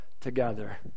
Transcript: together